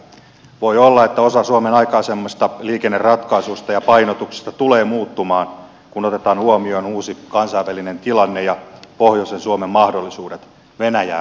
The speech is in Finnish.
voi olla että osa suomen aikaisemmista liikenneratkaisuista ja painotuksista tulee muuttumaan kun otetaan huomioon uusi kansainvälinen tilanne ja pohjoisen suomen mahdollisuudet venäjää unohtamatta